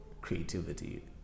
creativity